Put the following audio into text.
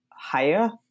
higher